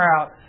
out